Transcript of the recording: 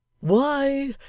why,